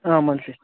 ಹಾಂ ಮಂತ್ಲಿ